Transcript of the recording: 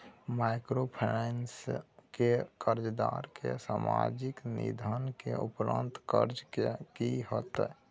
Microfinance के कर्जदार के असामयिक निधन के उपरांत कर्ज के की होतै?